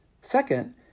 Second